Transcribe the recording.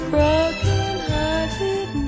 Broken-hearted